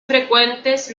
frecuentes